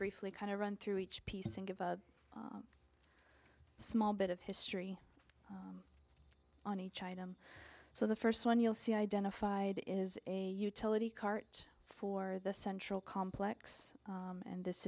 briefly kind of run through each piece and give a small bit of history on each item so the first one you'll see identified is a utility cart for the central complex and this